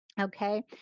okay